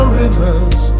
rivers